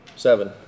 Seven